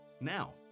now